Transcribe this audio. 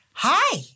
hi